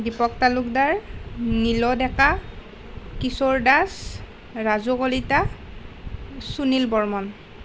Dipak Talukdar Nil Deka Kishor Das Raju Kalita Sunil Barman